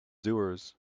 doers